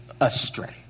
astray